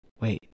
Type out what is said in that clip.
wait